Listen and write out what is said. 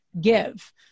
give